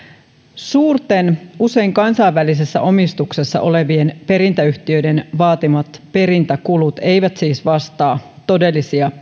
suurten usein kansainvälisessä omistuksessa olevien perintäyhtiöiden vaatimat perintäkulut eivät siis vastaa todellisia